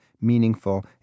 meaningful